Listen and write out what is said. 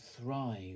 thrive